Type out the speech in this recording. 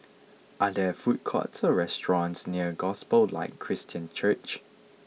are there food courts or restaurants near Gospel Light Christian Church